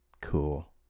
Cool